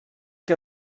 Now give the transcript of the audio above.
que